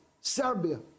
Serbia